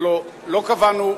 הלוא לא קבענו,